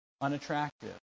unattractive